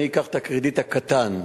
אני אקח את הקרדיט הקטן,